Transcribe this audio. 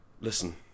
listen